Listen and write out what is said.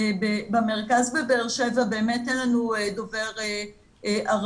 במרכז בבאר שבע באמת אין לנו דובר ערבית.